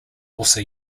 also